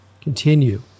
continue